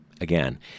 Again